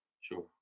Sure